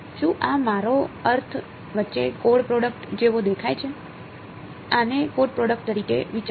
શું આ મારો અર્થ વચ્ચે ડોટ પ્રોડક્ટ જેવો દેખાય છે આને ડોટ પ્રોડક્ટ તરીકે વિચારો